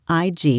IG